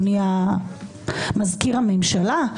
אדוני מזכיר הממשלה,